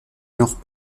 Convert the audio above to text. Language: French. nord